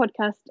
podcast